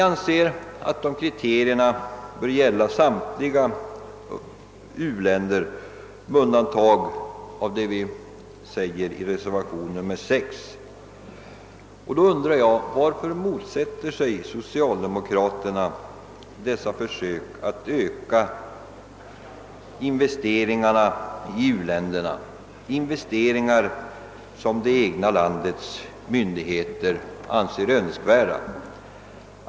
Dessa kriterier borde gälla samtliga u-länder med de undantag som anges i reservationen 6. Varför motsätter sig socialdemokraterna dessa försök att öka investeringarna i u-länderna, investeringar som det egna landets myndigheter anser önskvärda?